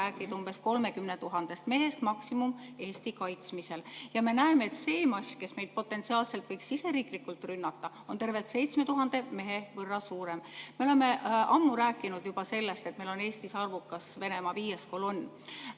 umbes 30 000 mehest Eesti kaitsmisel. Me näeme, et see mass, kes meid potentsiaalselt võiks riigisiseselt rünnata, on tervelt 7000 mehe võrra suurem. Me oleme ammu rääkinud sellest, et meil on Eestis arvukas Venemaa viies kolonn.